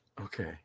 Okay